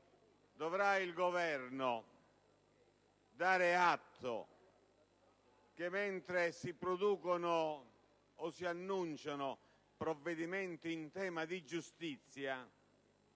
Governo dovrà dare atto che mentre si producono o si annunciano provvedimenti in tema di giustizia,